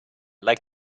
like